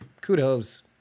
kudos